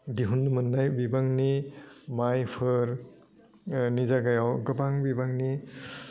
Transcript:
दिहुन मोननाय बिबांनि मायफोर निजा गायाव गोबां बिबांनि